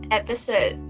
episode